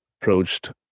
approached